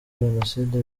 jenoside